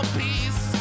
peace